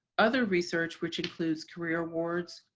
other research, which includes career awards,